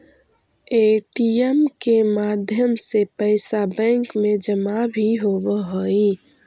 ATM के माध्यम से पैइसा बैंक में जमा भी होवऽ हइ